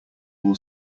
will